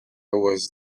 was